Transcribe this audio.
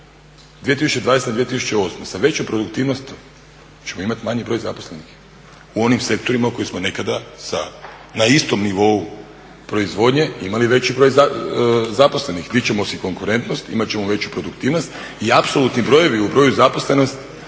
2020.-2008.sa većom produktivnosti ćemo imati manji broj zaposlenih u onim sektorima u kojima smo nekada na istom nivou proizvodnje imali veći broj zaposlenih. Dići ćemo si konkurentnost, imat ćemo veću produktivnost i apsolutni brojevi u broju zaposlenosti